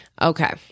Okay